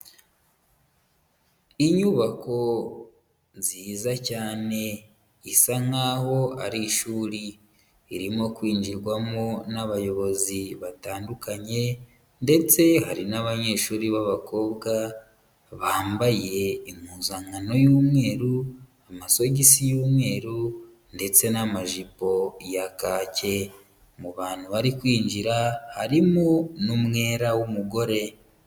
Inyubako nziza cyane isa nkaho ari ishuri, irimo kwinjirwamo n'abayobozi batandukanye, ndetse hari n'abanyeshuri b'abakobwa bambaye impuzankano y'umweru, amasogisi y'umweru, ndetse n'amajipo ya kake mu bantu bari kwinjira harimo n'umwera w'umugore.